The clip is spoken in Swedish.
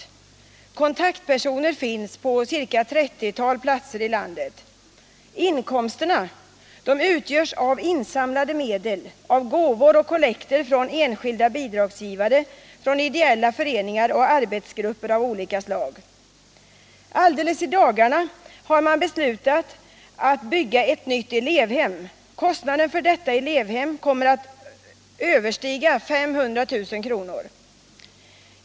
Kontaktpersoner finns på ett 30-tal platser i landet. Inkomsterna utgörs av insamlade medel, gåvor och kollekter från enskilda bidragsgivare och från ideella föreningar och arbetskrafter av olika slag. I dagarna har man beslutat att bygga ett nytt elevhem. Kostnaden för detta kommer att överstiga 500 000 kr.